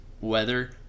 weather